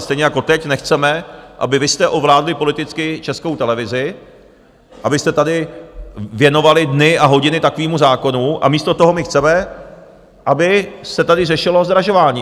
Stejně jako teď nechceme, aby vy jste ovládli politicky Českou televizi, abyste tady věnovali dny a hodiny takovému zákonu, a místo toho my chceme, aby se tady řešilo zdražování.